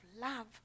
love